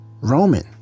Roman